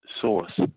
source